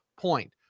point